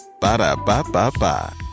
ba-da-ba-ba-ba